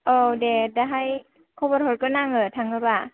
औ दे दाहाय खबर हरगोन आङो थाङोबा